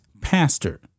pastor